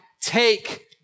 Take